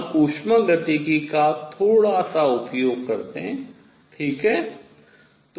हम उष्मागतिकी का थोड़ा सा उपयोग करते हैं ठीक है